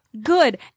good